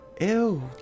Ew